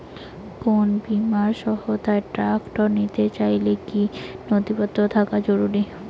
কোন বিমার সহায়তায় ট্রাক্টর নিতে চাইলে কী কী নথিপত্র থাকা জরুরি?